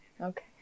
Okay